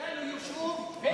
היה לו יישוב ואין,